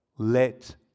let